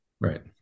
right